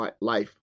life